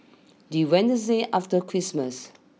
the Wednesday after Christmas